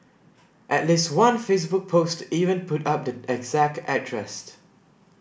at least one Facebook post even put up the exact address